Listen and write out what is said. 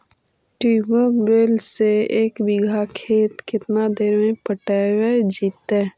Tubewell से एक बिघा खेत केतना देर में पटैबए जितै?